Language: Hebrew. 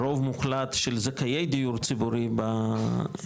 רוב מוחלט של זכאי דיור ציבורי בעולים,